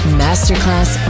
masterclass